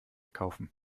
kaufen